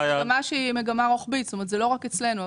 זו מגמה רוחבית, לא רק אצלנו.